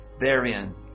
Therein